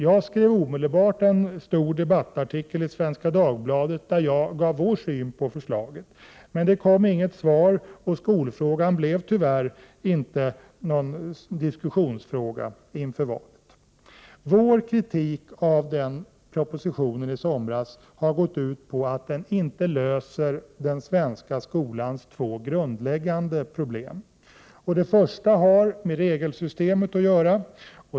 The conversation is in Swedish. Jag skrev omedelbart en stor debattartikeli Svenska Dagbladet, där jag gav vår syn på förslaget. Men det kom intet svar, och skolfrågan blev, tyvärr, inte någon diskussionsfråga inför valet. Vår kritik av propositionen i somras har gått ut på att den inte löser den svenska skolans två grundläggande problem. Det första har att göra med regelsystemet.